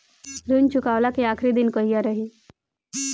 ऋण चुकव्ला के आखिरी दिन कहिया रही?